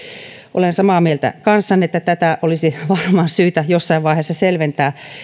olen samaa mieltä kanssanne että tätä olisi varmaan syytä jossain vaiheessa selventää niin